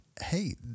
hey